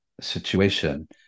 situation